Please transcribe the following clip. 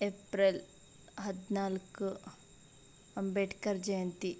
April ಹದಿನಾಲ್ಕು ಅಂಬೇಡ್ಕರ್ ಜಯಂತಿ